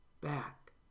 back